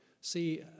see